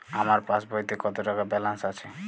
আমার পাসবইতে কত টাকা ব্যালান্স আছে?